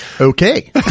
Okay